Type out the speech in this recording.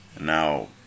Now